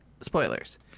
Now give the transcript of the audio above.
spoilers